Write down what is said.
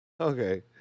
Okay